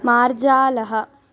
मार्जालः